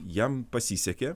jam pasisekė